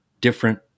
different